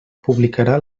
publicarà